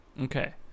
okay